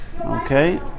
Okay